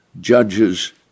judges